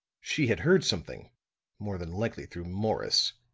she had heard something more than likely through morris.